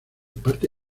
parte